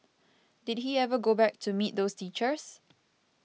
did he ever go back to meet those teachers